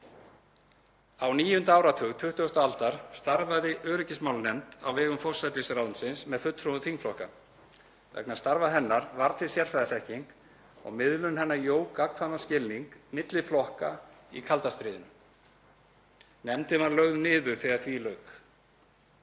áratug 20. aldar starfaði öryggismálanefnd á vegum forsætisráðuneytisins með fulltrúum þingflokka. Vegna starfa hennar varð til sérfræðiþekking og miðlun hennar jók gagnkvæman skilning milli flokka í kalda stríðinu. Nefndin var lögð niður þegar því lauk.